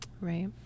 Right